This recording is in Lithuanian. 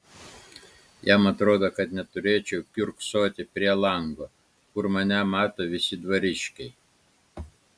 jam atrodo kad neturėčiau kiurksoti prie lango kur mane mato visi dvariškiai